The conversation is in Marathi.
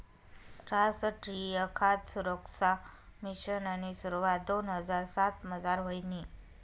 रासट्रीय खाद सुरक्सा मिशननी सुरवात दोन हजार सातमझार व्हयनी